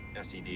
SED